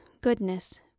goodness